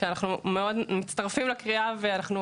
ואנחנו מצטרפים לקריאה לעשות את זה,